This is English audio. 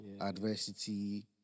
adversity